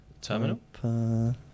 Terminal